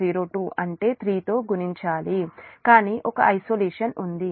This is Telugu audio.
02 అంటే 3 గుణించాలి కానీ ఒక ఐసోలేషన్ ఉంది